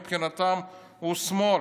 מבחינתם הוא שמאל.